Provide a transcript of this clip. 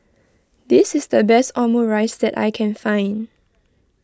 this is the best Omurice that I can find